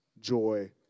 joy